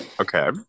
Okay